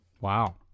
Wow